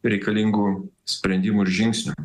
reikalingų sprendimų ir žingsnių